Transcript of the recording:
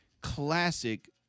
classic